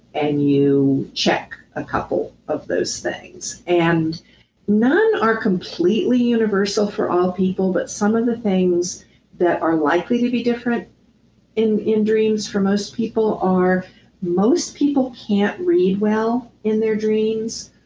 and you check a couple of those things and none are completely universal for all people, but some of the things that are likely to be different in in dreams for most people are most people can't read well in their dreams.